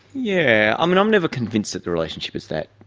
yeah, i mean, i'm never convinced that the relationship is that,